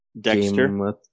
dexter